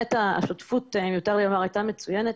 באמת השותפות הייתה מצוינת.